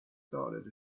thought